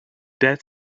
dead